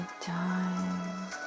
time